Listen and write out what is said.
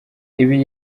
ibi